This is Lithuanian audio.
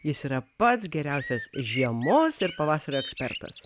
jis yra pats geriausias žiemos ir pavasario ekspertas